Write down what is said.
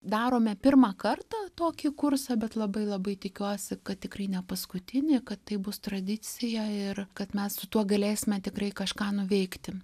darome pirmą kartą tokį kursą bet labai labai tikiuosi kad tikrai ne paskutinį kad tai bus tradicija ir kad mes su tuo galėsime tikrai kažką nuveikti